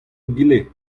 egile